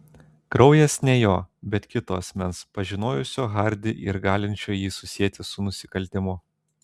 kraujas ne jo bet kito asmens pažinojusio hardį ir galinčio jį susieti su nusikaltimu